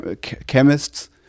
chemists